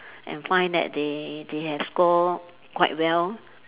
and find that they they have score quite well